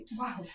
Wow